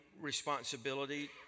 responsibility